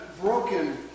broken